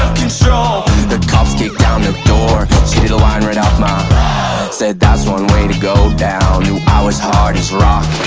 control the cops kicked down the door she did a line right off my said that's one way to go down knew i was hard as rock